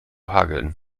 hageln